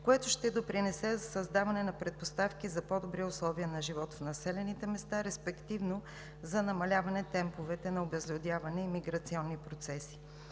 което ще допринесе за създаване на предпоставки за по-добри условия за живот в населените места, респективно за намаляване на темповете на обезлюдяване и миграционните процеси.